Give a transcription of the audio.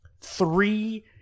three